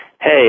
hey